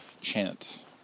chant